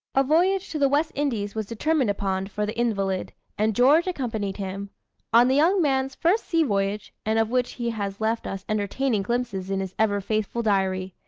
a voyage to the west indies was determined upon, for the invalid, and george accompanied him on the young man's first sea voyage, and of which he has left us entertaining glimpses in his ever-faithful diary.